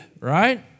Right